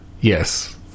yes